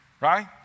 Right